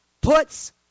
puts